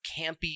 campy